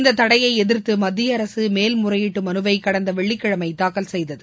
இந்த தடையை எதிர்த்து மத்திய அரசு மேல்முறையீட்டு மனுவை கடந்த வெள்ளிக்கிழமை தாக்கல் செய்தகு